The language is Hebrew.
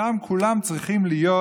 שם כולם צריכים להיות